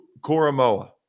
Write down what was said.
Koromoa